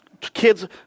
kids